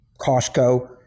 Costco